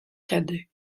cadets